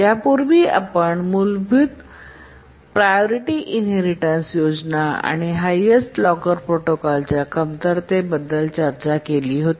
या पूर्वी आम्ही मूलभूत प्रायोरिटीइनहेरिटेन्स योजना आणि हायेस्ट लॉकर प्रोटोकॉलच्या कमतरतेबद्दल चर्चा केली होती